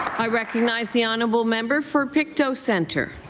i recognize the honourable member for pictou so centre.